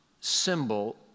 symbol